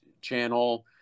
channel